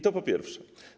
To po pierwsze.